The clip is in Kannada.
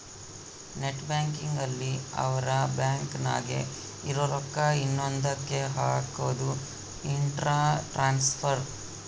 ನೆಟ್ ಬ್ಯಾಂಕಿಂಗ್ ಅಲ್ಲಿ ಅವ್ರ ಬ್ಯಾಂಕ್ ನಾಗೇ ಇರೊ ರೊಕ್ಕ ಇನ್ನೊಂದ ಕ್ಕೆ ಹಕೋದು ಇಂಟ್ರ ಟ್ರಾನ್ಸ್ಫರ್